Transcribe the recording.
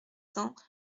cents